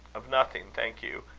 of nothing, thank you,